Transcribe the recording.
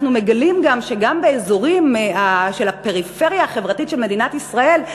אנחנו מגלים גם שגם באזורים של הפריפריה החברתית של מדינת ישראל,